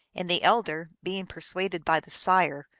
and the elder, being persuaded by the sire,